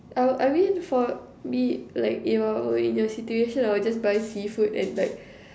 I I mean for me like if I were in your situation I'll just buy seafood and like